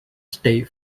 state